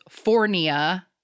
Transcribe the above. Fornia